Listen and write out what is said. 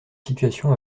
situation